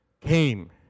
came